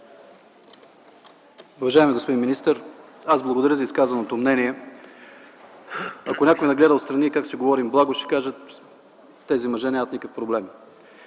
благодаря за изказаното мнение. Ако някой ни гледа отстрани как си говорим благо, ще си каже – тези мъже нямат никакви проблеми.